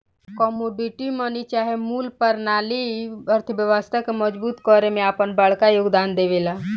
commodity money चाहे मूल परनाली अर्थव्यवस्था के मजबूत करे में आपन बड़का योगदान देवेला